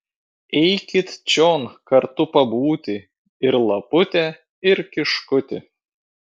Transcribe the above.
eikit čion kartu pabūti ir lapute ir kiškuti